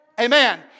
Amen